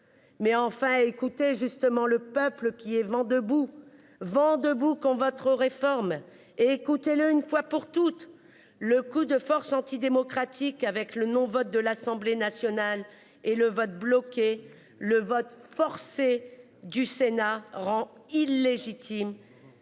Mais enfin écoutez justement le peuple qui est vent debout. Vent debout qu'on va trop réformes écoutez-le une fois pour toutes le coup de force antidémocratique avec le non-vote de l'Assemblée nationale et le vote bloqué le vote. Du Sénat rend illégitime